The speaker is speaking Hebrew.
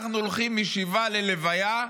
אנחנו הולכים משבעה ללוויה,